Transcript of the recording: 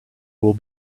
will